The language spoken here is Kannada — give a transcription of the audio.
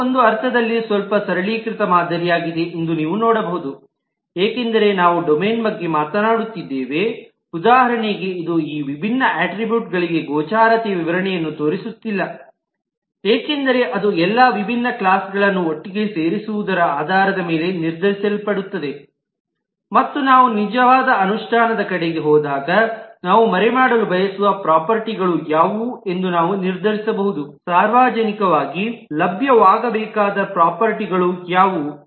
ಇದು ಒಂದು ಅರ್ಥದಲ್ಲಿ ಸ್ವಲ್ಪ ಸರಳೀಕೃತ ಮಾದರಿಯಾಗಿದೆ ಎಂದು ನೀವು ನೋಡಬಹುದು ಏಕೆಂದರೆ ನಾವು ಡೊಮೇನ್ ಬಗ್ಗೆ ಮಾತನಾಡುತ್ತಿದ್ದೇವೆ ಉದಾಹರಣೆಗೆ ಇದು ಈ ವಿಭಿನ್ನ ಅಟ್ರಿಬ್ಯೂಟ್ ಗಳಿಗೆ ಗೋಚರತೆಯ ವಿವರಣೆಯನ್ನು ತೋರಿಸುತ್ತಿಲ್ಲ ಏಕೆಂದರೆ ಅದು ಎಲ್ಲಾ ವಿಭಿನ್ನ ಕ್ಲಾಸ್ಗಳನ್ನು ಒಟ್ಟಿಗೆ ಸೇರಿಸುವುದರ ಆಧಾರದ ಮೇಲೆ ನಿರ್ಧರಿಸಲ್ಪಡುತ್ತದೆ ಮತ್ತು ನಾವು ನಿಜವಾದ ಅನುಷ್ಠಾನದ ಕಡೆಗೆ ಹೋದಾಗ ನಾವು ಮರೆಮಾಡಲು ಬಯಸುವ ಪ್ರಾಪರ್ಟೀಗಳು ಯಾವುವು ಎಂದು ನಾವು ನಿರ್ಧರಿಸಬಹುದು ಸಾರ್ವಜನಿಕವಾಗಿ ಲಭ್ಯವಾಗಬೇಕಾದ ಪ್ರಾಪರ್ಟೀಗಳು ಯಾವುವು